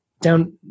down